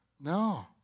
No